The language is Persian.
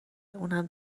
اونم